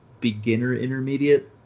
beginner-intermediate